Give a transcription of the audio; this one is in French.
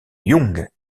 young